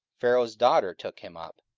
pharaoh's daughter took him up,